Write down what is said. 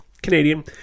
Canadian